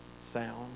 sound